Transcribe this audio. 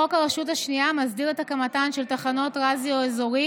חוק הרשות השנייה מסדיר את הקמתן של תחנות רדיו אזורי